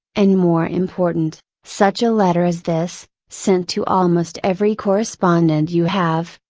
and more important, such a letter as this, sent to almost every correspondent you have,